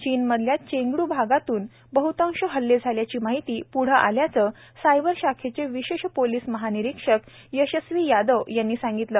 चीनमधल्या चेंगडू भागातून बह्तांश हल्ले झाल्याची माहिती प्ढं आल्याचं सायबर शाखेचे विशेष पोलिस महानिरीक्षक यशस्वी यादव यांनी सांगितलं